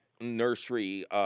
nursery